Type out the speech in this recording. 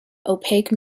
opaque